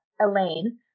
Elaine